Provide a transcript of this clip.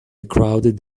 crowded